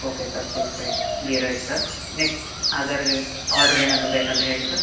okay sir full plate ghee rice sir next other order ಏನಾದರೂ ಬೇಕಾದರೆ ಹೇಳಿ ಸರ್